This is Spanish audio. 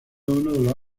una